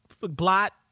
blot